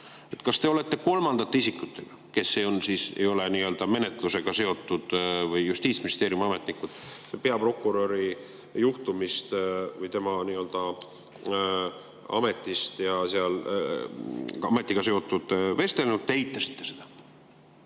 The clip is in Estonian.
kas te olete kolmandate isikutega, kes ei ole [mingi] menetlusega seotud või Justiitsministeeriumi ametnikud, peaprokuröri juhtumist või tema ametist ja ametiga seotust vestelnud. Te eitasite seda,